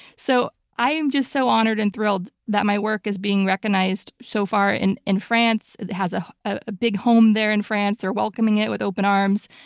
so i am just so honored and thrilled that my work is being recognized so far in in france. it has a a big home there in france, they're welcoming it with open arms.